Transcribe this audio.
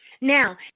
Now